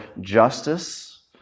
justice